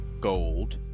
gold